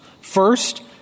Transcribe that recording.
First